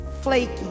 flaky